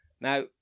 Now